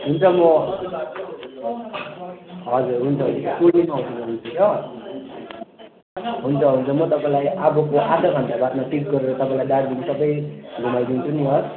हुन्छ म हजुर हुन्छ हुन्छ हुन्छ हुन्छ म तपाईँलाई अबको आधा घण्टा बादमा पिक गरेर तपाईँलाई दार्जिलिङ सबै घुमाइदिन्छु नि है